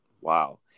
wow